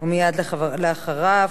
ומייד אחריו,